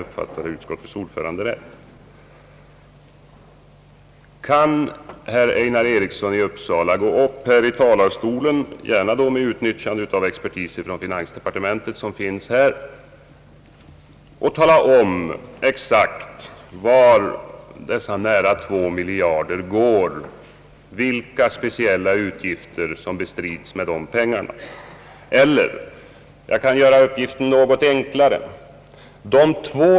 Kan herr Einar Eriksson gå upp i talarstolen och — gärna med utnyttjande av den expertis från finansdepartementet, som finns här — tala om exakt vilka speciella utgifter som bestrides med dessa nära 2 miljarder? Eller jag kan göra uppgiften något enklare.